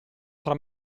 tra